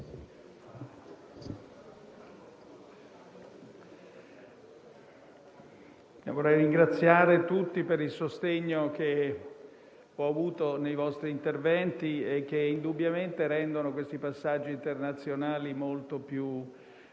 vorrei ringraziare tutti per il sostegno che mi avete dato nei vostri interventi, che indubbiamente rende questi passaggi internazionali molto più forti.